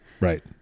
Right